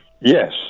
Yes